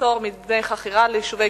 פטור מדמי חכירה ליישובי